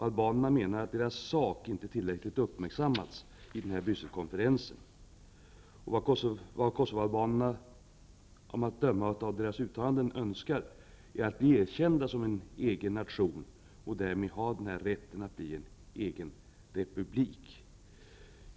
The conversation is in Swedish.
Albanerna menar att deras sak inte tillräckligt uppmärksammats i den här Brysselkonferensen. Vad Kosovoalbanerna, att döma av deras uttalanden, önskar är att bli erkända som egen nation med rätt till egen republik.